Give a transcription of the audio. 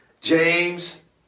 James